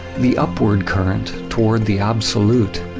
the upward current toward the absolute,